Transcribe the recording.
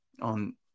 on